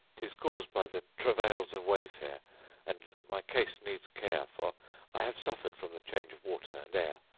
tis caused by the travails of wayfare and my case needs care, for i have suffered from the change of water and air!